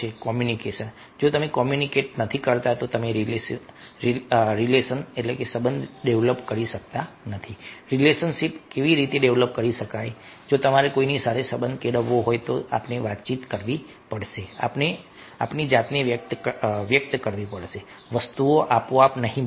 communication જો તમે communicate નથી કરતા તો અમે રિલેશનસબંધ ડેવલપ કરી શકતા નથી રિલેશનશિપ કેવી રીતે ડેવલપ કરી શકાય જો તમારે કોઈની સાથે સંબંધ કેળવવો હોય તો આપણે વાતચીત કરવી પડશે આપણે આપણી જાતને વ્યક્ત કરવી પડશે વસ્તુઓ આપોઆપ નહીં બને